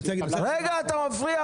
אני רוצה --- אתה מפריע,